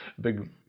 big